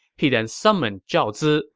he then summoned zhao zi,